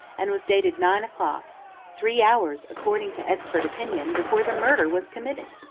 and was dated nine o'clock three hours, according to expert opinion, before the murder was committed!